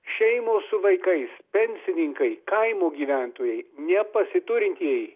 šeimos su vaikais pensininkai kaimo gyventojai nepasiturintieji